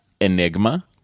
Enigma